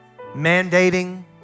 mandating